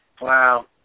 Wow